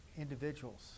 individuals